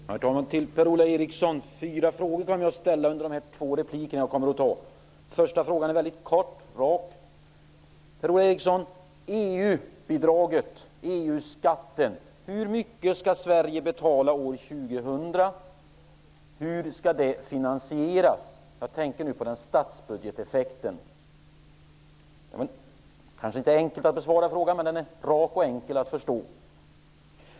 Herr talman! Jag vill ställa fyra frågor till Per-Ola Eriksson. Den första frågan, som gäller EU bidraget, EU-skatten, är väldigt kort och rak: Hur mycket skall Sverige betala år 2000, och hur skall detta finansieras? Jag tänker på statsbudgeteffekten. Det är kanske inte enkelt att besvara den frågan, men den är enkel att förstå.